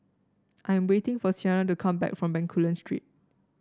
I'm waiting for Siena to come back from Bencoolen Street